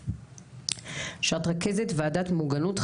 שאת רכזת וועדת מוגנות,